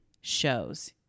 shows